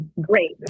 Great